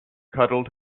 cuddled